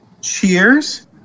Cheers